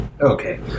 Okay